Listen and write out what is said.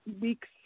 weeks